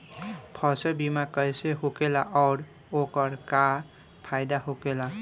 फसल बीमा कइसे होखेला आऊर ओकर का फाइदा होखेला?